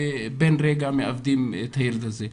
ובן רגע מאבדים את הילד הזה.